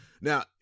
now